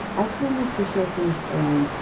as soon as the show finished airing,